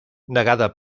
negada